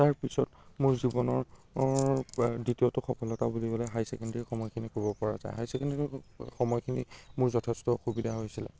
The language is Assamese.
তাৰপিছত মোৰ জীৱনৰ দ্বিতীয়টো সফলতা বুলিবলৈ হাই ছেকেণ্ডেৰী সময়খিনি ক'ব পৰা যায় হাই ছেকেণ্ডেৰী সময়খিনিত মোৰ যথেষ্ট অসুবিধা হৈছিলে